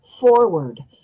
forward